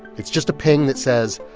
it's just a ping that says,